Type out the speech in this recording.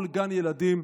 כל גן ילדים,